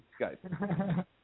Skype